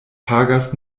pagas